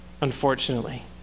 unfortunately